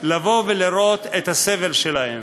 לבוא ולראות את הסבל שלהם.